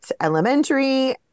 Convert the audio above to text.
Elementary